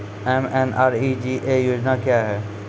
MNREGA योजना क्या हैं?